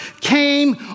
came